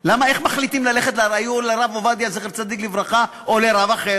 איך החליטו ללכת לרב עובדיה זצ"ל או לרב אחר?